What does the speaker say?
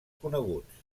coneguts